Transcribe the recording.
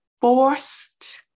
forced